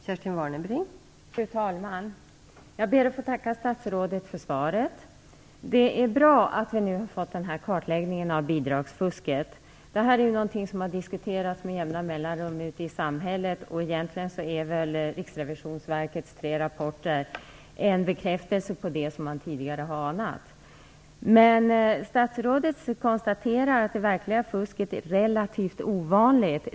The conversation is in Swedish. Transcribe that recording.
Fru talman! Jag ber att få tacka statsrådet för svaret. Det är bra att det nu har gjorts en kartläggning av bidragsfusket. Detta är någonting som med jämna mellanrum har diskuterats ute i samhället. Egentligen är väl Riksrevisionsverkets tre rapporter en bekräftelse på det som man tidigare har anat. Men statsrådet konstaterar att det verkliga fusket är relativt ovanligt.